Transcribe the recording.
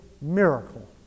miracle